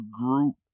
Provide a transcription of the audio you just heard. group